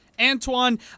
Antoine